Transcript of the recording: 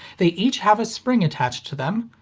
they each have a spring attached to them,